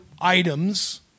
items